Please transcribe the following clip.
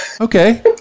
Okay